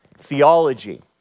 Theology